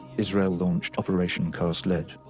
israel launched operation cast lead,